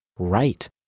Right